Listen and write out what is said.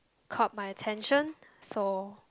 caught my attention so